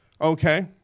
Okay